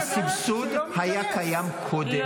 הסבסוד היה קיים קודם.